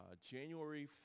January